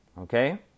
okay